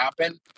happen